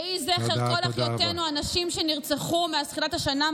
יהי זכר כל אחיותינו הנשים שנרצחו מאז תחילת השנה,